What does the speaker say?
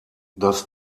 dass